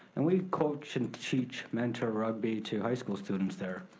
and we coach and teach mentor rugby to high school students there.